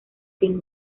film